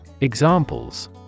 Examples